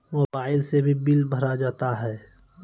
Mobile से भी bill भरा जाता हैं?